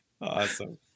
Awesome